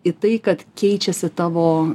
į tai kad keičiasi tavo